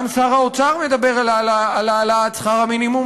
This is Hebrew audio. גם שר האוצר מדבר על העלאת שכר המינימום.